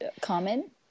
common